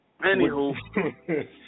Anywho